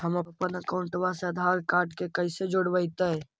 हमपन अकाउँटवा से आधार कार्ड से कइसे जोडैतै?